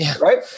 Right